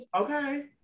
okay